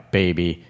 baby